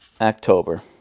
October